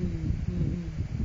mmhmm mm